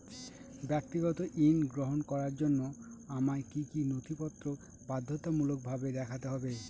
ব্যক্তিগত ঋণ গ্রহণ করার জন্য আমায় কি কী নথিপত্র বাধ্যতামূলকভাবে দেখাতে হবে?